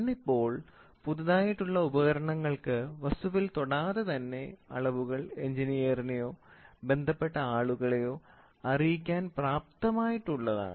ഇന്നിപ്പോൾ പുതുതായിട്ടുള്ള ഉപകരണങ്ങൾക്ക് വസ്തുവിൽ തൊടാതെ തന്നെ അളവുകൾ എൻജിനീയറിനെയോ ബന്ധപ്പെട്ട ആളുകളെയോ അറിയിക്കാൻ പ്രാപ്തമായിട്ടുള്ളതാണ്